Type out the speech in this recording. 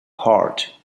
heart